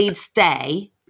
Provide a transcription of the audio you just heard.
stay